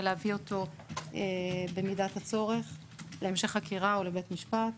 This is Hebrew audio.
להביא אותו במידת הצורך להמשך חקירה או לבית משפט.